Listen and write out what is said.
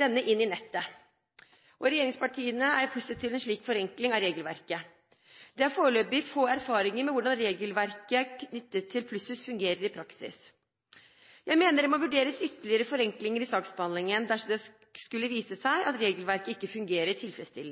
denne inn i nettet. Regjeringspartiene er positive til en slik forenkling av regelverket. Det er foreløpig få erfaringer med hvordan regelverket knyttet til plusshus fungerer i praksis. Jeg mener det må vurderes ytterligere forenklinger i saksbehandlingen dersom det skulle vise seg at regelverket ikke fungerer tilfredsstillende.